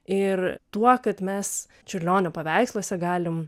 ir tuo kad mes čiurlionio paveiksluose galim